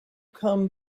come